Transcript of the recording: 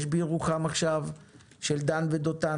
יש עכשיו בירוחם כרם זיתים של דן ודותן,